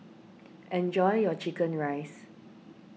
enjoy your Chicken Rice